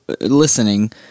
listening